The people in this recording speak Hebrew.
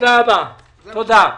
תודה.